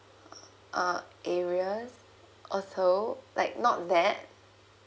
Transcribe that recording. uh area also like not that